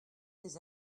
des